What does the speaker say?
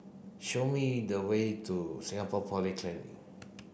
show me the way to Singapore Polytechnic